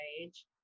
age